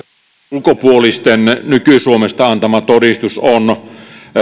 ulkopuolisten nyky suomesta antama todistus on